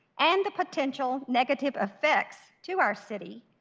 and the potential negative effects to our city,